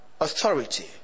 authority